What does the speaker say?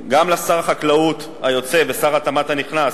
גם לשר החקלאות היוצא ולשר התמ"ת הנכנס,